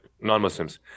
non-Muslims